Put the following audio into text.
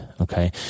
okay